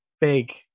big